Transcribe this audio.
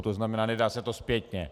To znamená, nedá se to zpětně.